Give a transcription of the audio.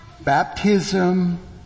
baptism